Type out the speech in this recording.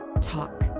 talk